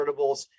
convertibles